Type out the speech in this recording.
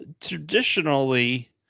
Traditionally